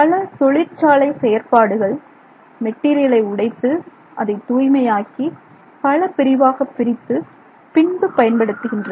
பல தொழிற்சாலை செயற்பாடுகள் மெட்டீரியலை உடைத்து அதை தூய்மையாக்கி பல பிரிவாக பிரித்து பின்பு பயன்படுத்துகின்றன